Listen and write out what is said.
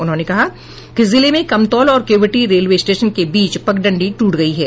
उन्होंने कहा कि जिले में कमतौल और केवटी रेलवे स्टेशन के बीच पगडंडी टूट गयी है